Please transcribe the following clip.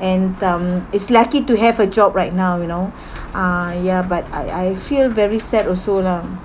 and um is lucky to have a job right now you know uh ya but I I feel very sad also lah